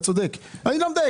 אתה צודק, אני לא מדייק.